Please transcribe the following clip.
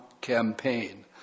campaign